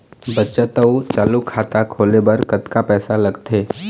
बचत अऊ चालू खाता खोले बर कतका पैसा लगथे?